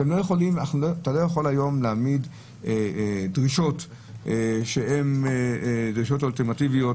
אתה לא יכול היום להעמיד דרישות שהן דרישות אולטימטיביות